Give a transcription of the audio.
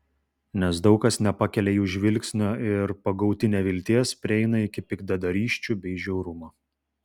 nes daug kas nepakelia jų žvilgsnio ir pagauti nevilties prieina iki piktadarysčių bei žiaurumo